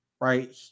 right